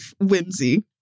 whimsy